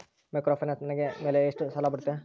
Microfinance ಮೇಲೆ ನನಗೆ ಎಷ್ಟು ಸಾಲ ಬರುತ್ತೆ?